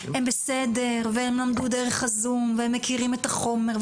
הם בסדר, והם למדו דרך הזום, והם מכירים את החומר.